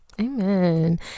Amen